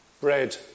bread